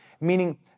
Meaning